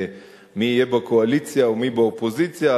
ומי יהיה בקואליציה ומי באופוזיציה,